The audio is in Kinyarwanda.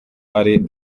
ari